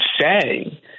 say